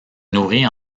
nourrit